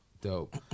Dope